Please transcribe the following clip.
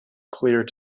clear